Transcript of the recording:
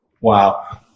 Wow